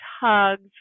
hugs